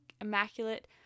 immaculate